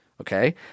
Okay